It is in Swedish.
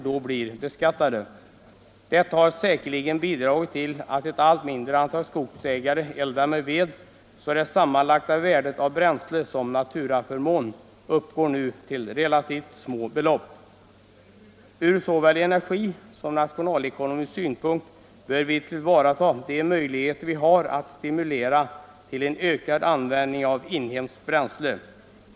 Detta har säkerligen bidragit till att ett allt mindre antal skogsägare eldar med ved, så att det sammanlagda värdet av bränsle som naturaförmån nu uppgår till relativt små belopp. Från såväl energisom nationalekonomisk synpunkt bör vi tillvarata de möjligheter vi har att stimulera till ökad användning av inhemskt bränsle.